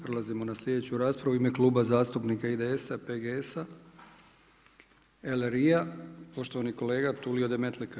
Prelazimo na sljedeću raspravu u ime Kluba zastupnika IDS-a, PGS-a, LRI-a poštovani kolega Tulio Demetlika.